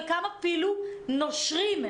חלקם אפילו נושרים,